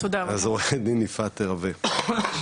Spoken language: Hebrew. אז עורכת דין יפעת רווה,